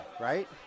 right